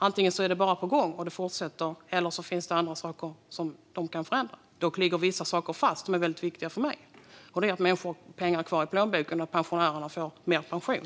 Antingen är saker på gång och fortsätter, eller så finns det saker man kan förändra. Dock ligger vissa saker fast, som är väldigt viktiga för mig: att människor har pengar kvar i plånboken och att pensionärer får högre pension.